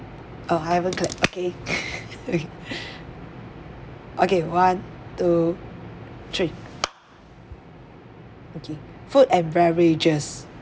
oh haven't clap okay okay one two three okay food and beverages